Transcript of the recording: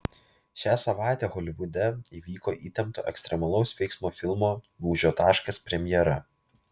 šią savaitę holivude įvyko įtempto ekstremalaus veiksmo filmo lūžio taškas premjera